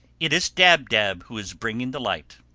it is dab-dab who is bringing the light.